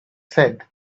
said